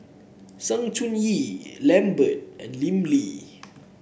Sng Choon Yee Lambert and Lim Lee